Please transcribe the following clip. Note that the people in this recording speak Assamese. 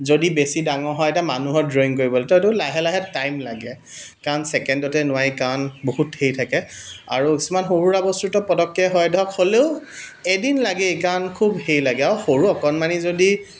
যদি বেছি ডাঙৰ হয় এতিয়া মানুহৰ ড্ৰয়িং কৰিব লাগে তেতিয়া এইটো লাহে লাহে টাইম লাগে কাৰণ ছেকেণ্ডতে নোৱাৰি কাৰণ বহুত হেৰি থাকে আৰু কিছুমান সৰুসুৰা বস্তুতো পটককৈ হয় ধৰক হ'লেও এদিন লাগেই কাৰণ খুব সেই লাগে আৰু সৰু অকণমানি যদি